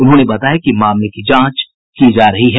उन्होंने बताया कि मामले की जांच की जा रही है